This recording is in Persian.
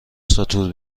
ساتور